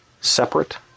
separate